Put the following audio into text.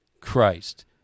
Christ